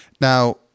Now